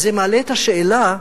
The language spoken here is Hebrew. וזה מעלה את השאלה,